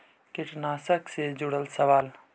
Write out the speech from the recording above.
कीटनाशक से जुड़ल सवाल?